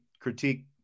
critique